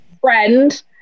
Friend